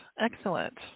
Excellent